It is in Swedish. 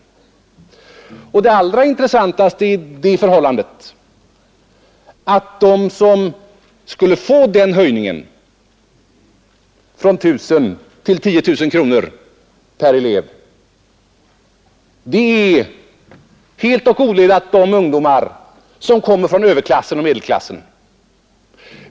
Och det allra intressantaste är att de som skulle få denna höjning från 1 000 kronor till 10 000 kronor per år helt och odelat är ungdomar som kommer från överklassen och medelklassen.